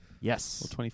Yes